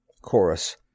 Chorus